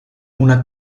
una